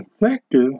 effective